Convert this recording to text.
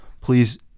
please